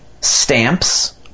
Stamps